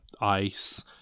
ice